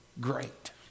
great